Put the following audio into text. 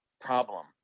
problem